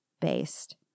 based